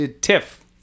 Tiff